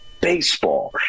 Baseball